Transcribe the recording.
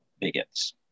bigots